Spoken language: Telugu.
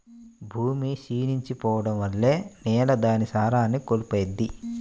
భూమి క్షీణించి పోడం వల్ల నేల దాని సారాన్ని కోల్పోయిద్ది